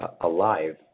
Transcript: alive